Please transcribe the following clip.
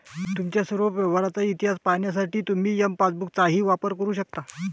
तुमच्या सर्व व्यवहारांचा इतिहास पाहण्यासाठी तुम्ही एम पासबुकचाही वापर करू शकता